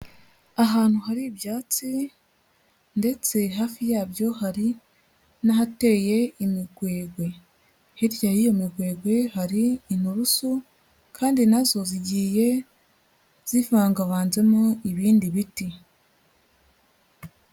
Ahantu hari ibyatsi ndetse hafi yabyo hari n'ahateye imigwegwe, hirya yiyo migwegwe hari inturusu kandi nazo zigiye zivangavanzemo ibindi biti.